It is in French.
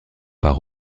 part